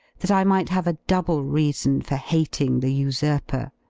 that i might have a double reason for hating the usurper.